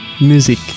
Music